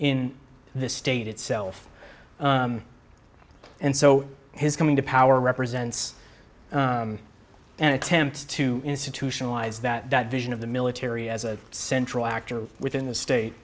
in this state itself and so his coming to power represents an attempt to institutionalize that vision of the military as a central actor within the state